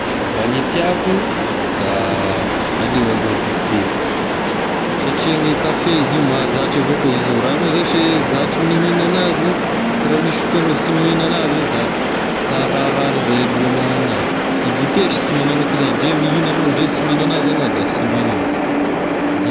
Raha gne tiako da aleo aloha dite satria ny kafe izy io mahazatry avao koa izy io, raha agnao zashy zatry mihignana azy koa raha misy fotoa agnao sy mihignana azy da ta hararirary zay lohagnao aminazy, e dite sy magnanao akoa zagny ndre mihignana agnao ndre sy mihignana azy agnao da sy magnino, dite.